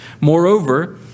Moreover